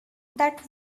that